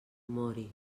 mori